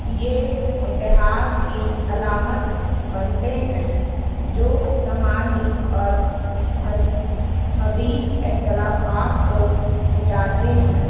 یہ اتحاد کی علامت بنتے ہیں جو سماجی اور مزحبی اختلافات کو مٹاتے ہیں